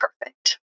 perfect